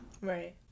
Right